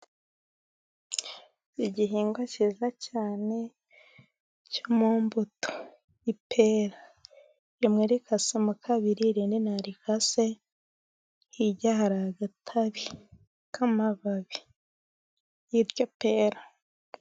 Igihingwa cyiza cyane cyo mu mbuto y'ipera, rimwe rikasemo kabiri irindi ntabwo rikase, hirya hari agatabi k'amababi y'iryo pera.